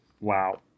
wow